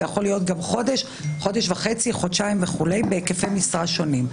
זה יכול להיות גם חודש-חודש וחצי-חודשיים בהיקפי משרה שונים.